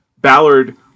Ballard